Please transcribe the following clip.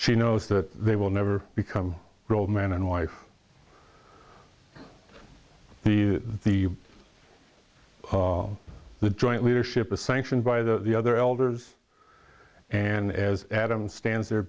she knows that they will never become old man and wife the the the joint leadership of sanctioned by the other elders and as adam stands there